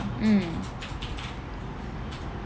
mm